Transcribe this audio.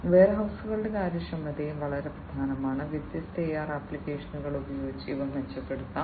വെയർഹൌസുകളുടെ കാര്യക്ഷമതയും വളരെ പ്രധാനമാണ് വ്യത്യസ്ത AR ആപ്ലിക്കേഷനുകൾ ഉപയോഗിച്ച് ഇവ മെച്ചപ്പെടുത്താം